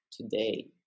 today